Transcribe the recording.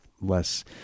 less